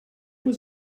was